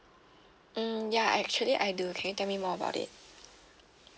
mm ya actually I do can you tell me more about it